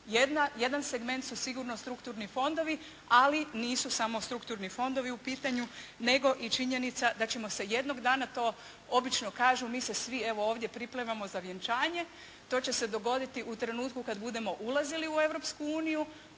Jedan segment su sigurno strukturni fondovi, ali nisu samo strukturni fondovi u pitanju nego i činjenica da ćemo se jednog dana to obično kažu, mi se svi ovdje pripremamo za vjenčanje, to će se dogoditi u trenutku kada budemo ulazili u